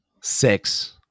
six